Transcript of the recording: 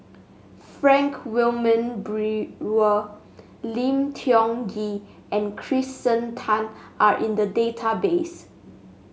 Frank Wilmin Brewer Lim Tiong Ghee and Kirsten Tan are in the database